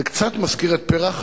זה קצת מזכיר את פר"ח,